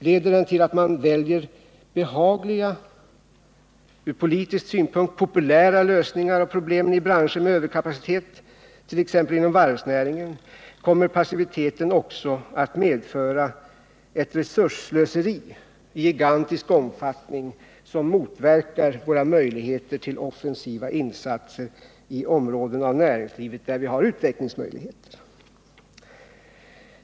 Leder den till att man väljer behagliga, ur politisk synpunkt populära lösningar av problemen i branscher med överkapacitet, t.ex. inom varvsnäringen, kommer passiviteten också att medföra ett resursslöseri av gigantisk omfattning, vilket motverkar våra möjligheter till offensiva insatser i områden av näringslivet där det finns utvecklingsmöjligheter.